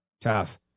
Tough